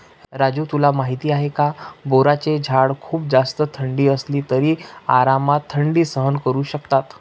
राजू तुला माहिती आहे का? बोराचे झाड खूप जास्त थंडी असली तरी आरामात थंडी सहन करू शकतात